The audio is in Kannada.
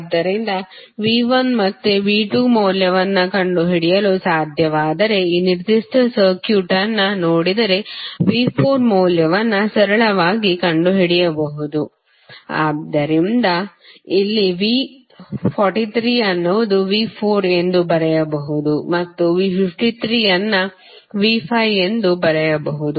ಆದ್ದರಿಂದ V1 ಮತ್ತು V2 ಮೌಲ್ಯವನ್ನು ಕಂಡುಹಿಡಿಯಲು ಸಾಧ್ಯವಾದರೆ ಈ ನಿರ್ದಿಷ್ಟ ಸರ್ಕ್ಯೂಟ್ ಅನ್ನು ನೋಡಿದರೆ V4 ಮೌಲ್ಯವನ್ನು ಸರಳವಾಗಿ ಕಂಡುಹಿಡಿಯಬಹುದು ಆದ್ದರಿಂದ ಇಲ್ಲಿ V43 ಅನ್ನು V4ಎಂದು ಬರೆಯಬಹುದು ಮತ್ತು V53 ಅನ್ನು V5 ಎಂದು ಬರೆಯಬಹುದು